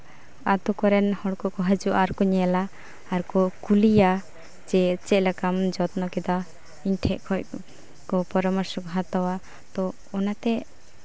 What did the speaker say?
ᱟᱹᱛᱩ ᱠᱚᱨᱮᱱ ᱦᱚᱲ ᱠᱚᱠᱚ ᱦᱤᱡᱩᱜᱼᱟ ᱟᱨᱠᱚ ᱧᱮᱞᱟ ᱟᱨᱠᱚ ᱠᱩᱞᱤᱭᱟ ᱡᱮ ᱪᱮᱫ ᱞᱮᱠᱟᱢ ᱡᱚᱛᱱᱚ ᱠᱮᱫᱟ ᱤᱧ ᱴᱷᱮᱱ ᱠᱷᱚᱱ ᱯᱚᱨᱟᱢᱚᱨᱥᱚᱢ ᱦᱟᱛᱟᱣᱟ ᱛᱳ ᱚᱱᱟᱛᱮ